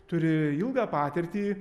turi ilgą patirtį